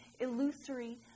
illusory